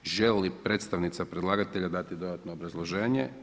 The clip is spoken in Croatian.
Želi li predstavnica predlagatelja dati dodatno obrazloženje?